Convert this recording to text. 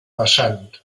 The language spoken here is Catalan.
vessant